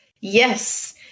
Yes